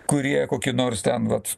kurie kokį nors ten vat